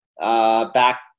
Back